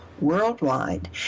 worldwide